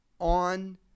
on